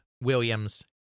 Williams